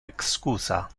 excusa